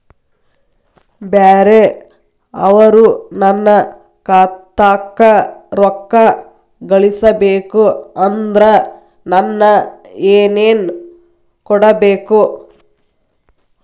ಬ್ಯಾರೆ ಅವರು ನನ್ನ ಖಾತಾಕ್ಕ ರೊಕ್ಕಾ ಕಳಿಸಬೇಕು ಅಂದ್ರ ನನ್ನ ಏನೇನು ಕೊಡಬೇಕು?